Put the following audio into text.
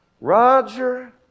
Roger